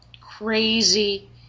crazy